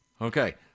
Okay